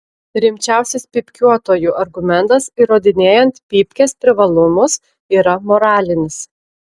rimčiausias pypkiuotojų argumentas įrodinėjant pypkės privalumus yra moralinis